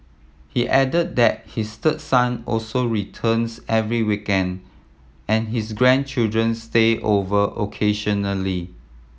he add that his third son also returns every weekend and his grandchildren stay over occasionally